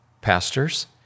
pastors